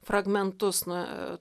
fragmentus na